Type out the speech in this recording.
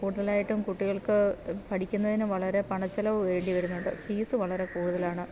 കൂടുതലായിട്ടും കുട്ടികൾക്ക് പഠിക്കുന്നതിന് വളരെ പണച്ചെലവ് വേണ്ടി വരുന്നുണ്ട് ഫീസ് വളരെ കൂടുതലാണ്